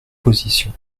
position